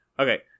Okay